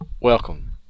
Welcome